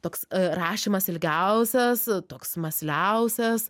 toks rašymas ilgiausias toks mąsliausias